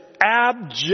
Abject